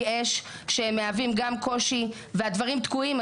אש שהם מהווים גם קושי והדברים תקועים,